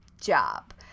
job